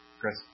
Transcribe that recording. Chris